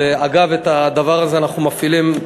אגב, את זה אנחנו מפעילים,